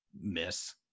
miss